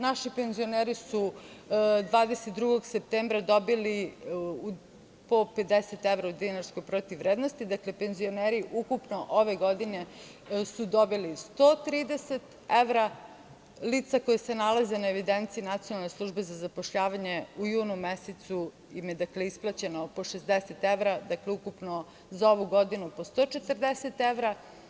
Naši penzioneri su 22. septembra dobili po 50 evra u dinarskoj protivvrednosti, dakle penzioneri ukupno ove godine su dobili 130 evra, lica koja se nalaze na evidenciji Nacionalne službe za zapošljavanje u junu mesecu im je isplaćeno po 60 evra, ukupno za ovu godinu po 140 evra.